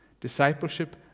Discipleship